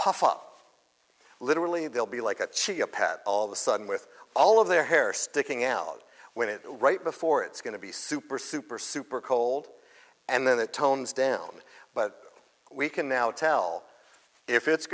puff up literally they'll be like a chia pet all of a sudden with all of their hair sticking out when it right before it's going to be super super super cold and then the tones down but we can now tell if it's